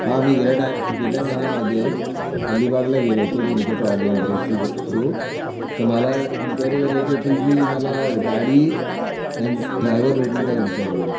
हा मी गेल्या टाय गेल्या महिन्यामध्ये अलीबागला गेलो होतो तुमच्या ट्रॅव्हलिंग एजन्सी क थ्रू तर मला इन्क्वायरी करायची होती की मला गाडी आणि ड्राईव्हर भेटेल का तुमच्याकडून